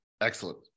Excellent